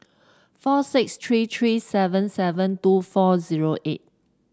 four six three three seven seven two four zero eight